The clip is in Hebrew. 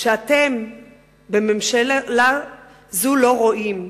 שאתם בממשלה זו לא רואים,